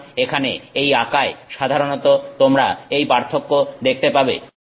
সুতরাং এখানে এই আঁকায় সাধারণত তোমরা এই পার্থক্য দেখতে পাবে